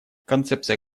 концепция